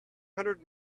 hundred